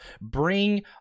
Bring